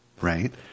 right